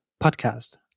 Podcast